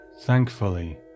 Thankfully